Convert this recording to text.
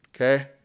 okay